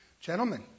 Gentlemen